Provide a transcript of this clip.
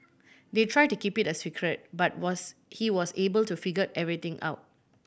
they tried to keep it a secret but was he was able to figure everything out